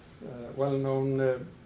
well-known